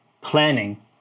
planning